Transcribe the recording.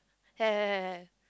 have have have have